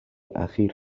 اخیر